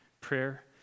prayer